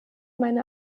meine